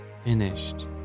finished